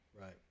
Right